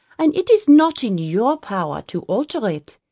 and it is not in your power to alter it.